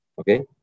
okay